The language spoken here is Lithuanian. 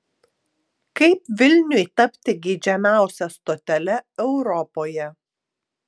kaip vilniui tapti geidžiamiausia stotele europoje